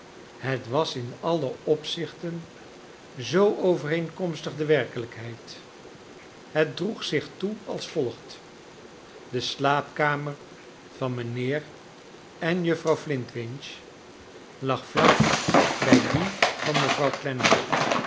het was in alle opzichten zoo overeenkomstig de werkelijkheid het droeg zich toe als volgt de slaapkamer van mijnheer en juffrouw flintwinch lag vlak bij die van mevrouw